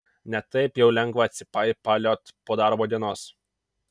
ne taip jau lengva atsipaipaliot po darbo dienos